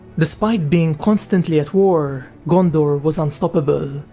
despite being constantly at war, gondor was unstoppable,